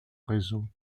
réseau